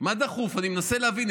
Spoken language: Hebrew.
אני מנסה להבין.